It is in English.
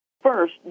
First